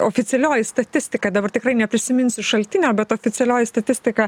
oficialioji statistika dabar tikrai neprisiminsiu šaltinio bet oficialioji statistika